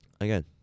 again